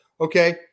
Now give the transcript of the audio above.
Okay